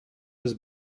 was